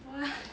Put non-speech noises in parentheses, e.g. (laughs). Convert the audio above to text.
!wah! (laughs)